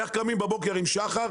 איך קמים בבוקר עם שחר,